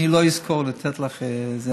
אני לא אזכור לתת לך.